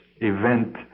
event